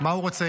מה הוא רוצה?